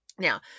Now